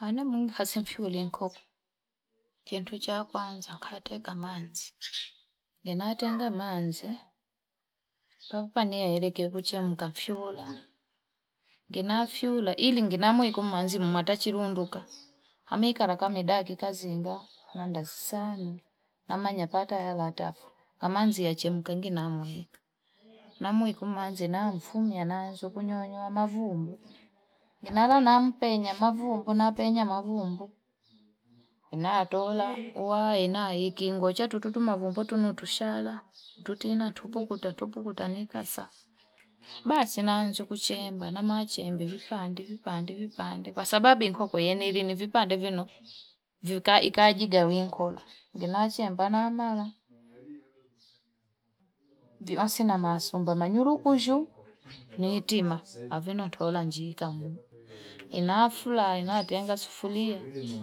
Anamunga hasi mfuli nkoko. Chintucha wako anza kateka manzi. Gina tenga manzi. Kapa niya erike uche muka fula. Gina fula. Ili nginamuiku manzi mumata chirunduka. Hamikara kamidagi kazi inga. Nandasami. Namanya pata alatafu. Kamanzi yache muka nginamuiku. Namuiku manzi na mfumia nanzo kunyonyo wa mavumbu. Ginala nampenya mavumbu, nampenya mavumbu. Natola. Ngocha tututu mabumbu tututushala. Tutina, tutupukuta, tutupukuta nika sasa. Mbazi nanzo kuchemba. Mbazi nanzo kuchemba, mbazi nanzo kuchemba. Vipande, vipande, vipande. Kwa sababi nkoku. Vipande vino. Ikajigawi inkoko inashemba namala inafumba masimba manylukushu niitima aveno toola njiika inafulai inatenga sufulia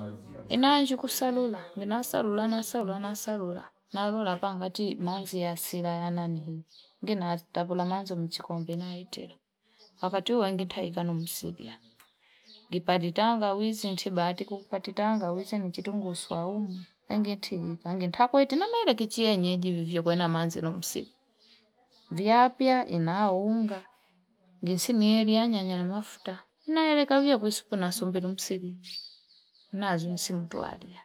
inanju kusalula inasalula salula, nasalula nalolpanga ti manzi asila yananihi ngila takola mazi mchikombe naitili wakati uo ngitaika nimsilia jipati tangawizi nchibati kukupati tangawizi ni chitunguu swaumu ingiti nikange takueti nameketeri kienyeji vivyo kuenda manzi no msiku viapa nialoounga jinsi nieli yanyanya na mafuta naelekavia kuhusu na sukulu msigo nazunsituali.